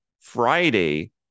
Friday